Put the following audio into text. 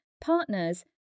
partners